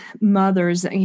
mothers